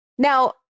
Now